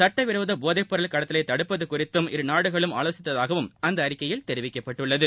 சட்டவிரோத போதைப்பொருள் கடத்தலை தடுப்பது குறித்தும் இரு நாடுகளும் ஆலோசித்ததாகவும் அந்த அறிக்கையில் தெரிவிக்கப்பட்டுள்ளது